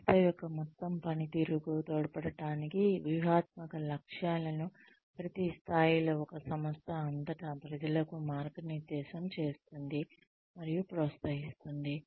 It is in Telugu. సంస్థ యొక్క మొత్తం పనితీరుకు తోడ్పడటానికి వ్యూహాత్మక లక్ష్యాలను ప్రతి స్థాయిలో ఒక సంస్థ అంతటా ప్రజలకు మార్గనిర్దేశం చేస్తుంది మరియు ప్రోత్సహిస్తుంది